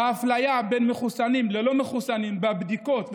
והאפליה בין מחוסנים ללא מחוסנים בבדיקות,